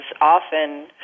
often